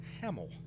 Hamill